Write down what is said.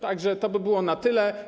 Tak że to by było na tyle.